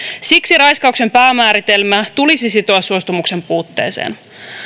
siksi raiskauksen päämääritelmä tulisi sitoa suostumuksen puutteeseen